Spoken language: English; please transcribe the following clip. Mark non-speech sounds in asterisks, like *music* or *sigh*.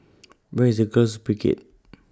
*noise* Where IS The Girls Brigade